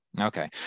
Okay